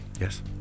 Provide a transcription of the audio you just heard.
Yes